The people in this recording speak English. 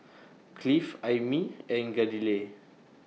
Cliff Aimee and Galilea